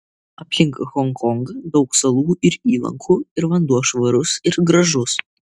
aplink honkongą daug salų ir įlankų ir vanduo švarus ir gražus